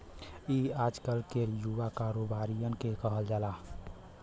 ई आजकल के युवा कारोबारिअन के कहल जाला